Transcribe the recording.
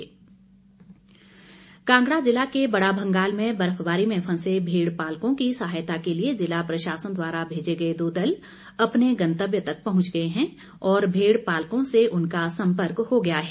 DC Kangra Kangra जिला के बड़ा भंगाल में बर्फबारी में फंसे भेड़पालकों की सहायता के लिए जिला प्रशासन द्वारा भेजे गए दो दल अपने गंतव्य तक पहुंच गए हैं और भेड़पालकों से उनका संपर्क हो गया है